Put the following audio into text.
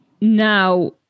now